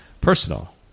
Personal